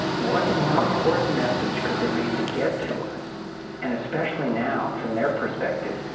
what more important message could there be to get to us and especially now, from their perspective,